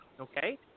Okay